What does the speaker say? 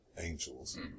angels